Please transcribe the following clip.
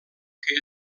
que